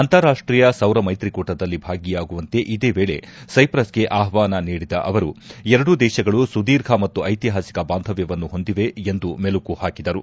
ಅಂತಾರಾಷ್ಟೀಯ ಸೌರ ಮೈತ್ರಿಕೂಟದಲ್ಲಿ ಭಾಗಿಯಾಗುವಂತೆ ಇದೇ ವೇಳಿ ಸ್ಟೆಪ್ರಸ್ಗೆ ಆಹ್ವಾನ ನೀಡಿದ ಅವರು ಎರಡೂ ದೇಶಗಳು ಸುದೀರ್ಘ ಮತ್ತು ಐತಿಹಾಸಿಕ ಬಾಂಧವ್ಯವನ್ನು ಹೊಂದಿವೆ ಎಂದು ಮೆಲುಕು ಹಾಕಿದರು